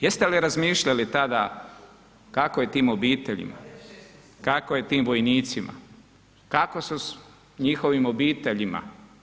Jeste li razmišljali tada kako je tim obiteljima, kako je tim vojnicima, kako su je njihovim obiteljima?